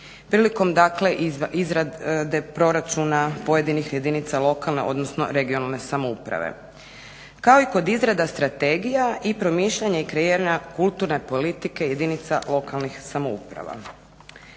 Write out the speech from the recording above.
prilikom dakle izrade proračuna pojedinih jedinica lokalne odnosno regionalne samouprave kao i kod izrada strategija i promišljanja i kreiranja kulturne politike jedinica lokalnih samouprava.